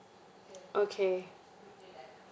okay